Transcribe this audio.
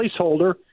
placeholder